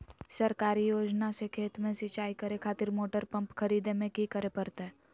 सरकारी योजना से खेत में सिंचाई करे खातिर मोटर पंप खरीदे में की करे परतय?